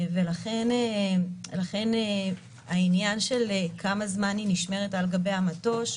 ולכן העניין של כמה זמן היא נשמרת על גבי המטוש,